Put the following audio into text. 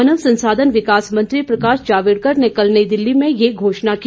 मानव संसाधन विकास मंत्री प्रकाश जावड़ेकर ने कल नई दिल्ली में ये घोषणा की